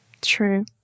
True